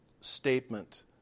statement